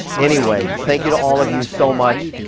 anyway, thank you to all of you so much.